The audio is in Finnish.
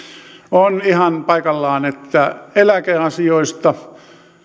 on ihan paikallaan että eläkeasioista